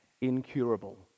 incurable